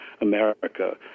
America